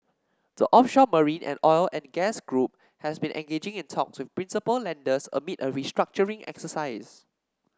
the offshore marine and oil and gas group has been engaging in talks with principal lenders amid a restructuring exercise